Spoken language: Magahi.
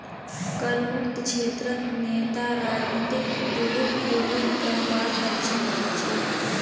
करमुक्त क्षेत्रत नेता राजनीतिक दुरुपयोग करवात अक्षम ह छेक